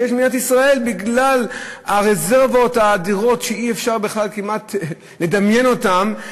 יש למדינת ישראל בגלל הרזרבות האדירות שאי-אפשר כמעט בכלל לדמיין אותן,